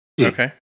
Okay